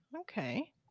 Okay